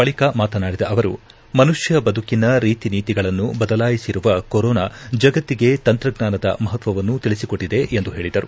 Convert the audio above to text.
ಬಳಿಕ ಮಾತನಾಡಿದ ಅವರು ಮನುಷ್ಕ ಬದುಕಿನ ರೀತಿ ನೀತಿಗಳನ್ನು ಬದಲಾಯಿಸಿರುವ ಕೊರೋನಾ ಜಗತ್ತಿಗೆ ತಂತ್ರಜ್ಞಾನದ ಮಹತ್ವವನ್ನು ತಿಳಿಸಿಕೊಟ್ಟದೆ ಎಂದು ಹೇಳಿದರು